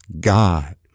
God